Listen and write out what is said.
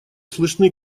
слышны